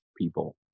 people